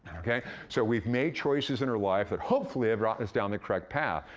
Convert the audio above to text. so we've made choices in our life that hopefully have brought us down the correct path.